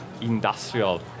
industrial